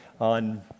on